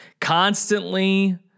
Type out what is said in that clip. Constantly